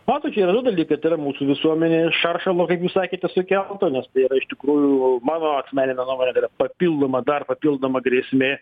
matot čia yra du dalykai tai yra mūsų visuomenėj šaršalo kaip jūs sakėte sukelto nes tai yra iš tikrųjų mano asmenine nuomone tai yra papildoma dar papildoma grėsmė